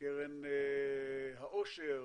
קרן העושר,